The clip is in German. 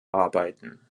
arbeiten